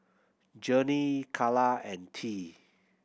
Journey Carla and Tea